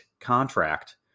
contract